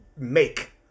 make